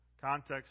Context